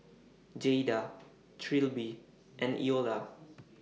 Jayda Trilby and Eola